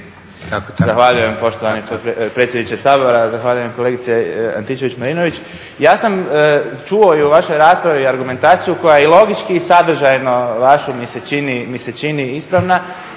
Zahvaljujem poštovani predsjedniče Sabora, zahvaljujem kolegice Antičević-Marinović. Ja sam čuo i u vašoj raspravi argumentaciju koja je i logički i sadržajno, vašu mi se čini ispravna